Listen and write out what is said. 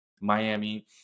Miami